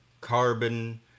carbon